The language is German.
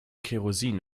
kerosin